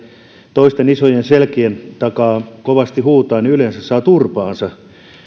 toisten isojen selkien takaa kovasti huutaa niin yleensä saa turpaansa